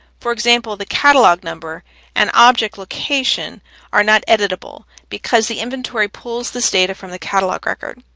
for example, the catalog number and object location are not editable because the inventory pulls this data from the catalog record.